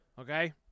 okay